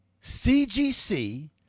CGC